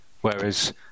Whereas